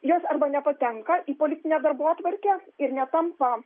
jos arba nepatenka į politinę darbotvarkę ir netampa